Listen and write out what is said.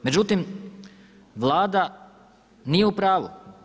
Međutim, Vlada nije u pravu.